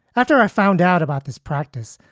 after i found out about this practice,